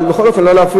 אבל בכל אופן לא להפריע,